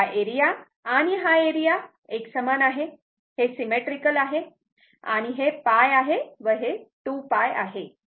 हा एरिया आणि हा एरिया समान आहे हे सिमेट्रीकल आहे आणि हे π आहे व हे 2 π आहे